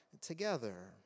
together